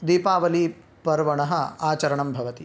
दीपावलिपर्वणः आचरणं भवति